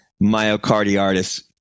myocarditis